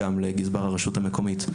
גם לגזבר הרשות המקומית,